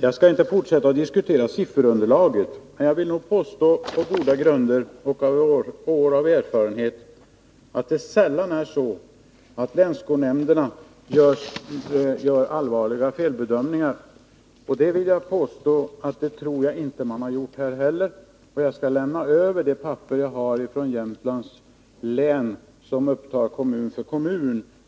Jag skall inte fortsätta att diskutera sifferunderlaget, men jag påstår på goda grunder och efter år av erfarenhet att länsskolnämnderna sällan gör allvarliga felbedömningar. Och det tror jag inte att man har gjort här heller. Jag skall lämna över det papper som jag har från Jämtlands län som redovisar siffrorna kommun för kommun.